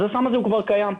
אז הסם הזה כבר קיים.